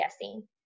guessing